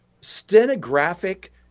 stenographic